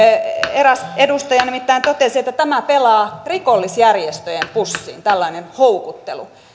eräs edustaja nimittäin totesi että tämä pelaa rikollisjärjestöjen pussiin tällainen houkuttelu